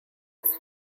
his